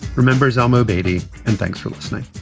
remembers olmo baity and thanks for listening